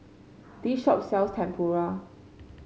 this shop sells Tempura